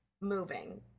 moving